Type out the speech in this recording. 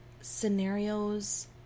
scenarios